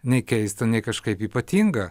nei keista nei kažkaip ypatingai